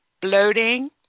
bloating